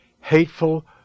hateful